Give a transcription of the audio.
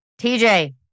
TJ